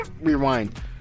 Rewind